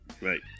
Right